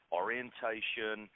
orientation